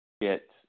get